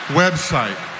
website